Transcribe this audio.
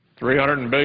three hundred and but